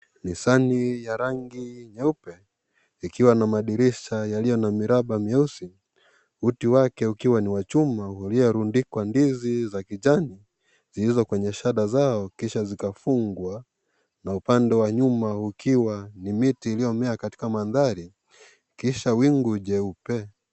Nissani ya rangi nyeupe ikiwa na madirisha yaliyo na miraba meusi. Uti wake ukiwa ni wa chuma uliorundikwa ndizi ya kijani zisizo kwenye shada zao kisha zikafungwa na upande wa nyuma ukiwa ni miti iliyomea na katika maandhari kisha wingu jeupe.